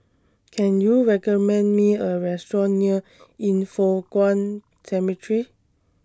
Can YOU recommend Me A Restaurant near Yin Foh Kuan Cemetery